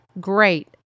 Great